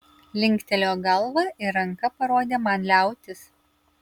linktelėjo galva ir ranka parodė man liautis